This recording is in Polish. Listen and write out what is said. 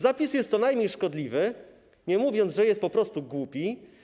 Zapis jest co najmniej szkodliwy, nie mówiąc, że jest po prostu głupi.